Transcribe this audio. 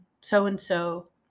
so-and-so